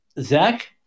Zach